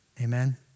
Amen